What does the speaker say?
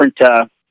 different